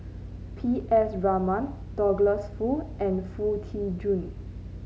P S Raman Douglas Foo and Foo Tee Jun